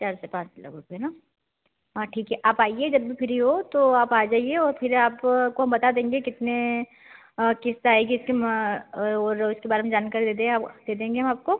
चार से पाँच लाख रुपये ना हाँ ठीक है आप आइए जब भी फ्री हों तो आप आ जाइए ओर फिर आपको हम बता देंगे कितने किस्त आएगी इसकी और इसके बारे में जानकारी दे दें दे देंगे हम आपको